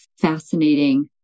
fascinating